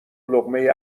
لقمه